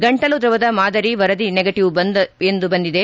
ಗಂಟಲು ದ್ರವದ ಮಾದರಿ ವರದಿ ನೆಗಟಿವ್ ಎಂದು ಬಂದಿದೆ